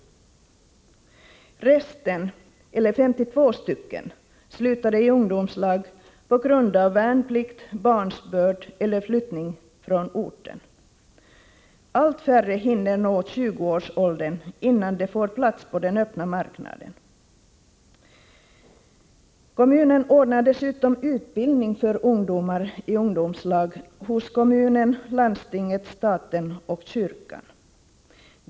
Resten, eller 52, slutade i ungdomslag på grund av värnplikt, barnsbörd eller flyttning från orten. Allt färre hinner nå 20-årsåldern innan de får plats på den öppna marknaden. Kommunen ordnar dessutom utbildning för ungdomar i ungdomslag hos kommunen, landstinget, staten och kyrkan.